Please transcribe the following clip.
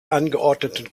angeordneten